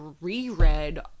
reread